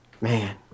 Man